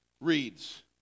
reads